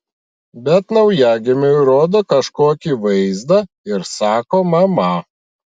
bet naujagimiui rodo kažkokį vaizdą ir sako mama